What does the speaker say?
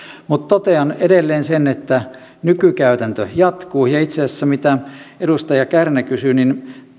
mutta totean edelleen sen että nykykäytäntö jatkuu ja itse asiassa mitä tulee siihen mitä edustaja kärnä kysyi niin